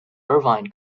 irvine